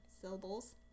syllables